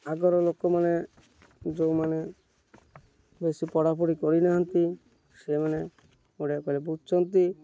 ଆଗର ଲୋକମାନେ ଯେଉଁମାନେ ବେଶୀ ପଢ଼ାପଢ଼ି କରିନାହାନ୍ତି ସେମାନେ ଓଡ଼ିଆ କହିଲେ ବୁଝୁଛନ୍ତି